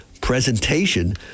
presentation